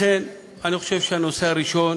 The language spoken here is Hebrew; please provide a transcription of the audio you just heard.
לכן אני חושב שהנושא הראשון,